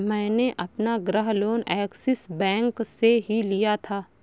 मैंने अपना गृह लोन ऐक्सिस बैंक से ही लिया था